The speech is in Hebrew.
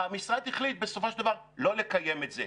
והמשרד החליט בסופו של דבר לא לקיים את זה.